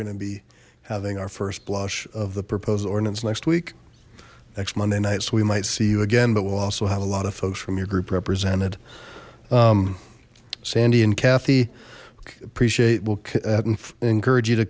gonna be having our first blush of the proposal ordinance next week next monday nights we might see you again but we'll also have a lot of folks from your group represented sandy and kathy appreciate well encourage you to